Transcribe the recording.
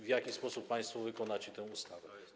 W jaki sposób państwo wykonacie tę ustawę?